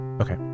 Okay